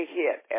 hit